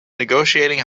negotiating